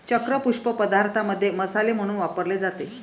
चक्र पुष्प पदार्थांमध्ये मसाले म्हणून वापरले जाते